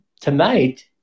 tonight